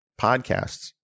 podcasts